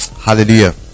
Hallelujah